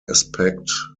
aspect